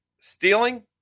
Stealing